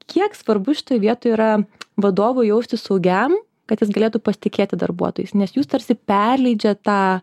kiek svarbu šitoj vietoj yra vadovui jaustis saugiam kad jis galėtų pasitikėti darbuotojais nes jūs tarsi perleidžiat tą